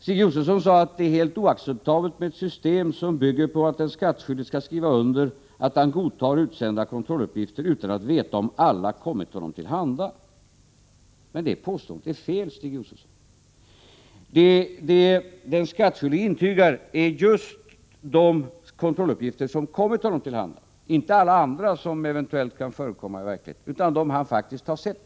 Stig Josefson sade att det är helt oacceptabelt med ett system som bygger på att den skattskyldige skall skriva under att han godtar utsända kontrolluppgifter utan att veta om alla kommit honom till handa. Detta påstående är fel, Stig Josefson. Det som den skattskyldige intygar är just de kontrolluppgifter som kommit honom till handa, inte alla andra som eventuellt kan förekomma i verkligheten utan de som han faktiskt har sett.